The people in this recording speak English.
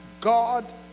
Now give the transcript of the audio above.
God